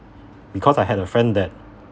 because I had a friend that